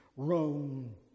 Rome